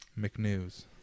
mcnews